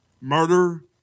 murder